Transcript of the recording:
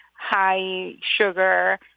high-sugar